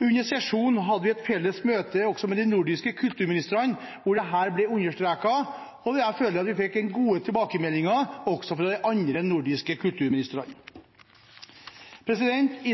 Under sesjonen hadde de nordiske kulturministrene et felles møte hvor dette ble understreket, og jeg føler at vi fikk gode tilbakemeldinger også fra de andre nordiske kulturministrene.